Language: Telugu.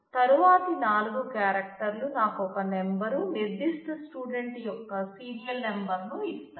తరువాత నాలుగు క్యారెక్టర్లు నాకు ఒక నెంబరు నిర్ధిష్ట స్టూడెంట్ యొక్క సీరియల్ నెంబరు ను ఇస్తాయి